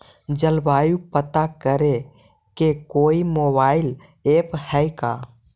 जलवायु पता करे के कोइ मोबाईल ऐप है का?